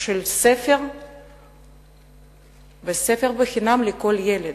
של ספר ושל ספר חינם לכל ילד.